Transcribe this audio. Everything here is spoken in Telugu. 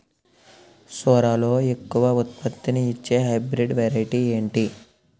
సోరలో ఎక్కువ ఉత్పత్తిని ఇచే హైబ్రిడ్ వెరైటీ ఏంటి?